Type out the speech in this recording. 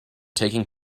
taking